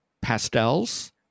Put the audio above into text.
pastels